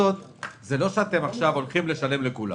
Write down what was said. שעכשיו אתם הולכים לשלם לכולם.